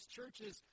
churches